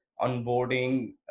onboarding